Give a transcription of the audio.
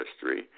history